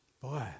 Boy